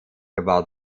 about